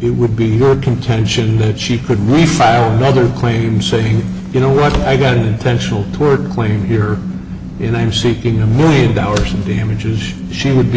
it would be your contention that she could refile another claim saying you know what i got an intentional word claim here and i'm seeking a million dollars in damages she would be